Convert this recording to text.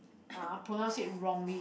uh pronounce it wrongly